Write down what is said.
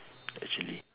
actually